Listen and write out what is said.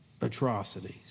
atrocities